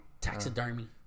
Taxidermy